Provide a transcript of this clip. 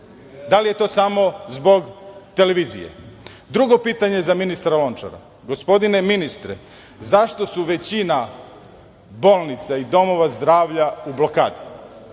Da li je to samo zbog televizije? Drugo pitanje za ministra Lončara. Gospodine ministre, zašto su većina bolnica i domova zdravlja u blokadi?